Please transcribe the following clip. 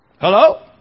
Hello